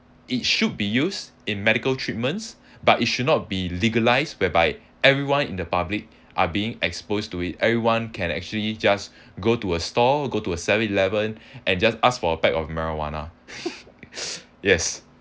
it should be used in medical treatments but it should not be legalised whereby everyone in the public are being exposed to it everyone can actually just go to a store go to a seven eleven and just ask for a pack of marijuana yes